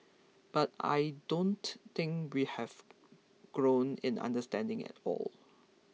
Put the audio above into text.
but I don't think we have grown in understanding at all